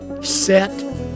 set